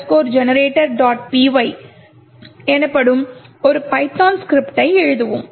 py எனப்படும் சிறிய Python ஸ்கிரிப்டை எழுதுகிறோம்